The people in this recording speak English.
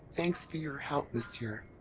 thanks for your help, monsieur.